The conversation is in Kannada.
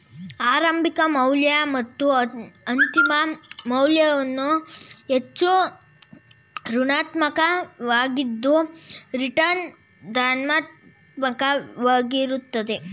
ಆರಂಭಿಕ ಮೌಲ್ಯ ಮತ್ತು ಅಂತಿಮ ಮೌಲ್ಯವು ಹೆಚ್ಚು ಋಣಾತ್ಮಕ ವಾಗಿದ್ದ್ರ ರಿಟರ್ನ್ ಧನಾತ್ಮಕ ವಾಗಿರುತ್ತೆ